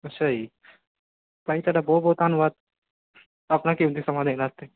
ਅੱਛਾ ਜੀ ਭਾਅ ਜੀ ਤੁਹਾਡਾ ਬਹੁਤ ਬਹੁਤ ਧੰਨਵਾਦ ਆਪਣਾ ਕੀਮਤੀ ਸਮਾਂ ਦੇਣ ਵਾਸਤੇ